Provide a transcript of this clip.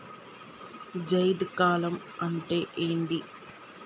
జైద్ కాలం అంటే ఏంది?